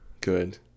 Good